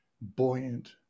buoyant